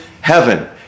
heaven